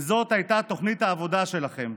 כי זו הייתה תוכנית העבודה שלכם,